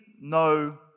no